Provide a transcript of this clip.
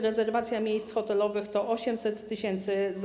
Rezerwacja miejsc hotelowych to 800 tys. zł.